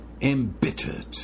Embittered